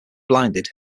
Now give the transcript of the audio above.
blinded